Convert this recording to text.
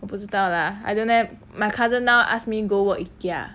我不知道 lah I don't eh my cousin now ask me go work ikea